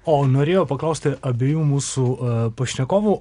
o norėjau paklausti abiejų mūsų pašnekovų